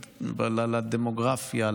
לדמוגרפיה,